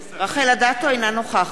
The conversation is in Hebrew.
אינה נוכחת